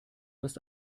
hast